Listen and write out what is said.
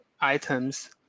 items